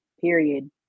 period